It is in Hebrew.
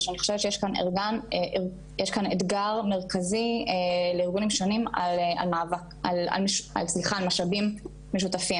זה שאני חושבת שיש כאן אתגר מרכזי לארגונים שונים על משאבים משותפים,